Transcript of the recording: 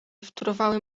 wtórowały